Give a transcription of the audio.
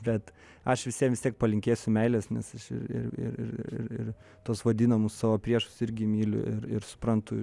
bet aš visiem vis tiek palinkėsiu meilės nes aš ir ir ir ir tuos vadinamus savo priešus irgi myliu ir ir suprantu